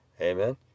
amen